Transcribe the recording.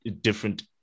different